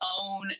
own